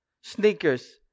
sneakers